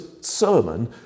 sermon